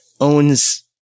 owns